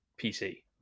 PC